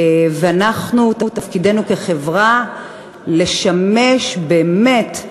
ואנחנו, תפקידנו כחברה לשמש באמת,